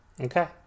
Okay